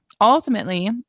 Ultimately